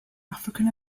african